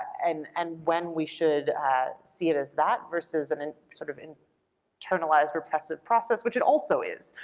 and and when we should see it as that versus and and sort of an internalized repressive process which it also is?